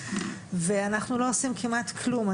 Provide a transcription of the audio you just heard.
ונהרסים ואנחנו לא עושים כמעט כלום.